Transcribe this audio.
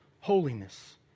holiness